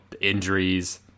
injuries